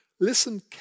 Listen